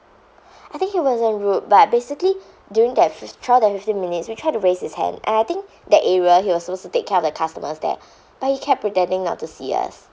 I think he wasn't rude but basically during that fif~ throughout that fifteen minutes we try to raise his hand and I think that area he was supposed to take care of the customers there but he kept pretending not to see us